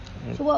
mm